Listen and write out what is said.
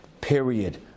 Period